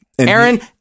Aaron